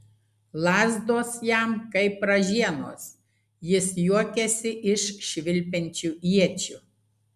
lazdos jam kaip ražienos jis juokiasi iš švilpiančių iečių